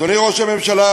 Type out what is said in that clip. אדוני ראש הממשלה,